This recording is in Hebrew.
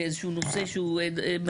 באיזה שהוא נושא שהוא מהיר,